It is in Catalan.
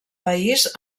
país